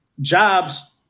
jobs